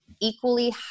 equally